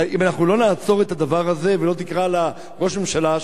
אם לא נעצור את הדבר הזה ולא תקרא לראש הממשלה,